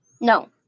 No